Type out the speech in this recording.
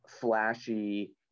flashy